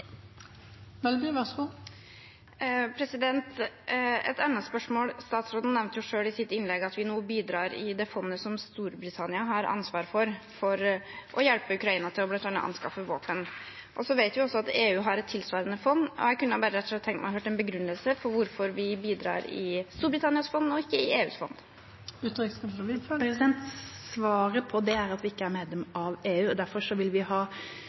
Et annet spørsmål: Utenriksministeren nevnte selv i sitt innlegg at vi nå bidrar i det fondet som Storbritannia har ansvar for, for å hjelpe Ukraina til bl.a. å anskaffe våpen. Vi vet også at EU har et tilsvarende fond. Jeg kunne rett og slett tenke meg å høre en begrunnelse for hvorfor vi bidrar i Storbritannias fond og ikke i EUs fond. Svaret på det er at vi ikke er medlem av EU, og derfor vil vi ha